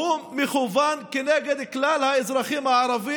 הוא מכוון נגד כלל האזרחים הערבים